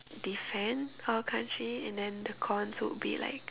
defend our country and then the cons would be like